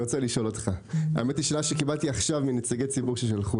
אני רוצה לשאול אותך שאלה שקיבלתי עכשיו מנציגי ציבור ששלחו